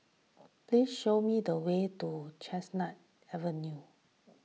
please show me the way to Chestnut Avenue